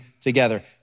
together